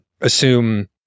assume